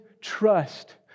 trust